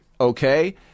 okay